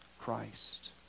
Christ